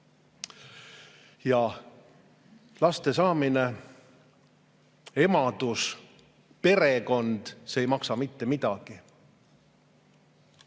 Ja laste saamine, emadus, perekond – see ei maksa mitte midagi.Me